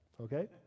okay